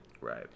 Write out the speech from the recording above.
Right